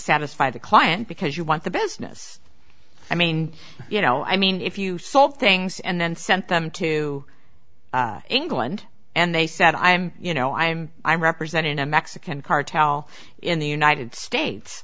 satisfy the client because you want the business i mean you know i mean if you solve things and then sent them to england and they said i'm you know i'm i'm representing a mexican cartel in the united states